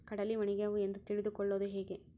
ಕಡಲಿ ಒಣಗ್ಯಾವು ಎಂದು ತಿಳಿದು ಕೊಳ್ಳೋದು ಹೇಗೆ?